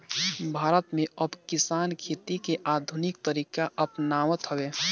भारत में अब किसान खेती के आधुनिक तरीका अपनावत हवे